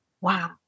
wow